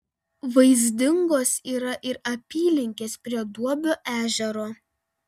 vaizdingos yra ir apylinkės prie duobio ežero